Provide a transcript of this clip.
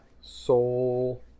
Soul